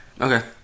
okay